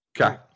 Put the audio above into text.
Okay